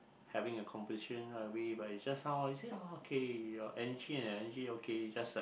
having a conversation what I mean like just now like you say oh okay your energy and energy okay just like